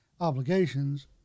obligations